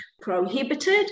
prohibited